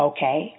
Okay